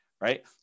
Right